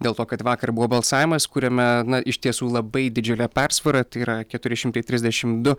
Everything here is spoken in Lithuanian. dėl to kad vakar buvo balsavimas kuriame na iš tiesų labai didžiule persvara tai yra keturi šimtai trisdešim du